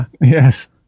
yes